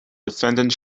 defendant